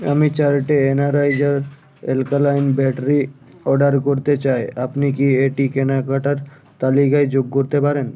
আমি চারটে Energizer alkaline battery order করতে চাই আপনি কি এটি কেনাকাটার তালিকায় যোগ করতে পারেন